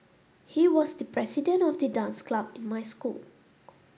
he was the president of the dance club in my school